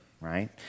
right